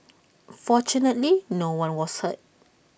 fortunately no one was hurt